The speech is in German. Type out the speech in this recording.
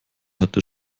hatte